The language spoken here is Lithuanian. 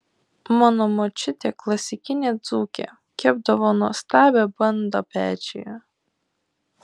mano močiutė klasikinė dzūkė kepdavo nuostabią bandą pečiuje